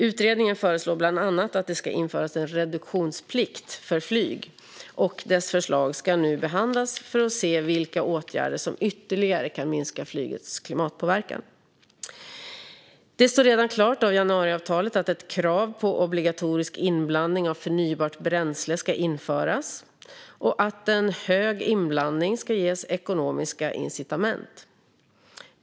Utredningen föreslår bland annat att det ska införas en reduktionsplikt för flyg, och dess förslag ska nu behandlas för att se vilka åtgärder som ytterligare kan minska flygets klimatpåverkan. Det står redan klart av januariavtalet att ett krav på obligatorisk inblandning av förnybart bränsle ska införas och att en hög inblandning ska ges ekonomiska incitament.